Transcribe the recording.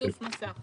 מסך